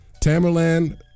Tamerlan